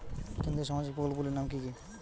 কেন্দ্রীয় সামাজিক প্রকল্পগুলি নাম কি কি?